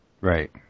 Right